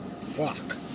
Fuck